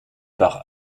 par